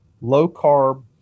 low-carb